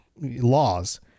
laws